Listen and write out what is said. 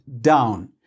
down